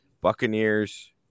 Buccaneers